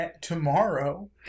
tomorrow